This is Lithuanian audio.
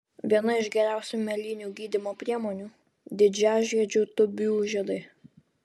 viena iš geriausių mėlynių gydymo priemonių didžiažiedžių tūbių žiedai